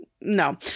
no